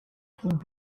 troupes